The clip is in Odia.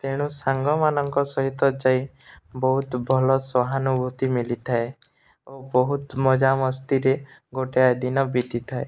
ତେଣୁ ସାଙ୍ଗମାନଙ୍କ ସହିତ ଯାଇ ବହୁତ ଭଲ ସହାନୁଭୂତି ମିଳିଥାଏ ଓ ବହୁତ ମଜାମସ୍ତିରେ ଗୋଟାଏ ଦିନ ବିତି ଥାଏ